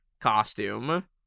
costume